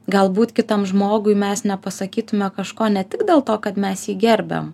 galbūt kitam žmogui mes nepasakytume kažko ne tik dėl to kad mes jį gerbiam